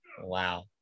wow